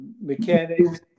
Mechanics